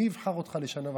מי יבחר אותך לשנה וחצי?